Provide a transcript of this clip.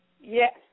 Yes